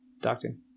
doctor